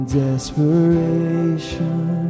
desperation